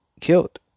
killed